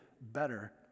better